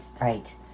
Right